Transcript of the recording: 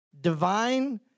Divine